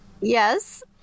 Yes